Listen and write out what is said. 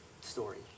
story